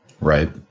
Right